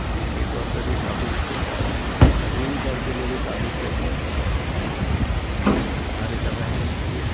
तकनीकी तौर पर भी काफी विश्वविद्यालय तकनीकी तौर के लिए भी काफी क्षेत्र में कार्य कर रहे हैं स्कूल